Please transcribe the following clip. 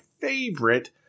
favorite